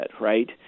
right